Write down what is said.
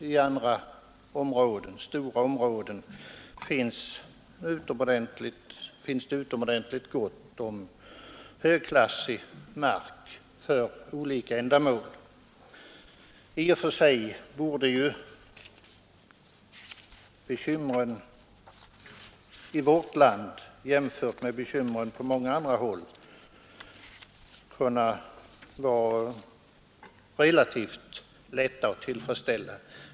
I andra, mycket stora områden finns det utomordentligt gott om högklas Nr 145 sig mark för olika ändamål. I och för sig borde ju bekymren i vårt land jämfört med bekymren på Fredagen den I så EL E många andra håll vara relativt lätta att tillfredsställa.